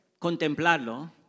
contemplarlo